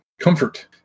comfort